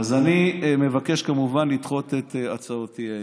אז אני מבקש כמובן לדחות את הצעות האי-אמון.